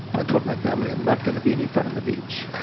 i told my family, i'm not gonna be any fun on the beach.